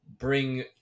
Bring